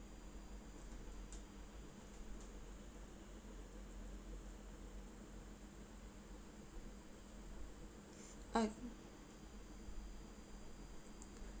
uh